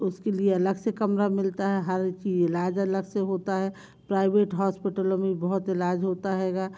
उसके लिए अलग से कमरा मिलता है हर चीज़ इलाज अलग से होता है प्राइवेट हॉस्पिटलों में बहुत इलाज होता हैगा